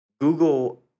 Google –